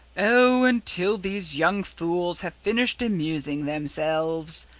oh! until these young fools have finished amusing themselves,